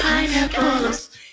Pineapples